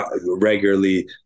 regularly